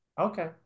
Okay